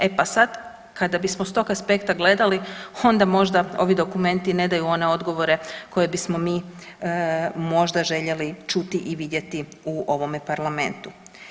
E pa sad kada bismo s tog aspekta gledali, onda možda ovi dokumenti ne daju one odgovore koje bismo mi možda željeli čuti i vidjeti u ovome Parlamentu.